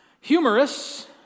Humorous